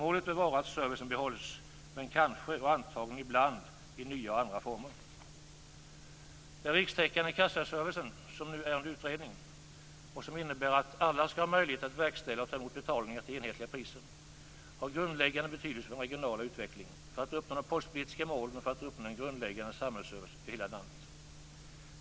Målet bör vara att servicen behålls, men kanske och antagligen ibland i nya former. Den rikstäckande kassaservicen, som nu är under utredning, och som innebär att alla skall ha möjlighet att verkställa och ta emot betalningar till enhetliga priser, har grundläggande betydelse för den regionala utvecklingen, för att uppnå de postpolitiska målen och för att uppnå en grundläggande samhällsservice över hela landet.